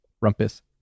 rumpus